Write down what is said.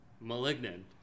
malignant